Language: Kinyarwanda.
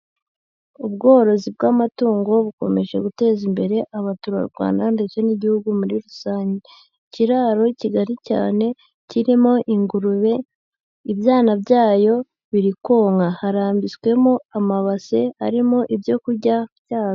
Ubworozi bw'amatungo bukomeje guteza imbere abaturarwanda ndetse n'igihugu muri rusange, ikiraro kigari cyane kirimo ingurube ibyana byayo biri konka, harambitswemo amabase arimo ibyo kurya byayo.